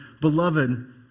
beloved